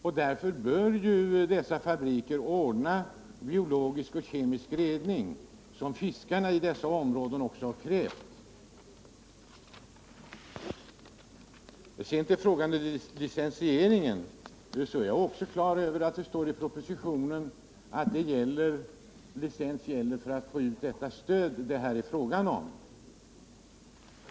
Mot denna bakgrund bör dessa fabriker genomföra biologisk och kemisk rening på det sätt som fiskarna i dessa områden också har krävt. I fråga om licensieringen är också jag på det klara med att det i propositionen framhålls att det stöd som finns skall anlitas av fiskarna.